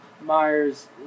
Myers